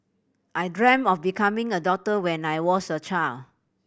I dreamt of becoming a doctor when I was a child